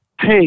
Hey